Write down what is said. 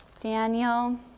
Daniel